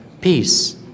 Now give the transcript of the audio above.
peace